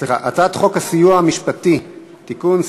חוק הסיוע המשפטי (תיקון,